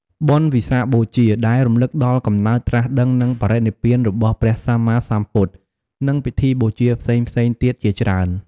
បុណ្យវិសាខបូជា ដែលរំលឹកដល់កំណើត ត្រាស់ដឹង និងបរិនិព្វានរបស់ព្រះសម្មាសម្ពុទ្ធ, និងពិធីបូជាផ្សេងៗទៀតជាច្រើន។